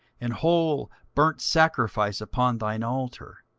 and whole burnt sacrifice upon thine altar.